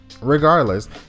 Regardless